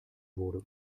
wurde